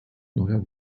neuer